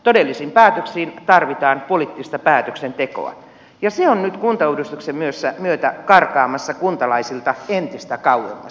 todellisiin päätöksiin tarvitaan poliittista päätöksentekoa ja se on nyt kuntauudistuksen myötä karkaamassa kuntalaisilta entistä kauemmas